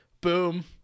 Boom